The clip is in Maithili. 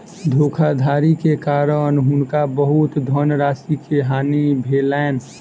धोखाधड़ी के कारण हुनका बहुत धनराशि के हानि भेलैन